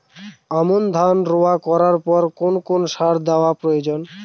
আমন ধান রোয়া করার পর কোন কোন সার দেওয়া প্রয়োজন?